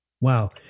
Wow